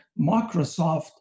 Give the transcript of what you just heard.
Microsoft